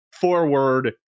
forward